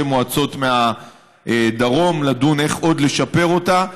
מועצות מהדרום לדון איך עוד לשפר אותה,